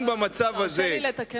על מה אתה מתבסס?